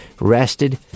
rested